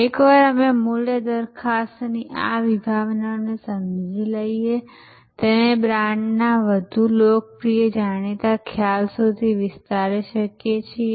એકવાર અમે મૂલ્ય દરખાસ્તની આ વિભાવનાને સમજી લઈએ તેને બ્રાન્ડના વધુ લોકપ્રિય જાણીતા ખ્યાલ સુધી વિસ્તારી શકીએ છીએ